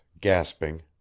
gasping